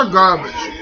garbage